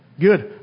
good